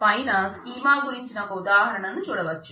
పైన స్కీమా గురించిన ఒక ఉదాహరణ ను చూడవచ్చు